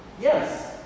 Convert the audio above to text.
Yes